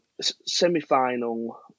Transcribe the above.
semi-final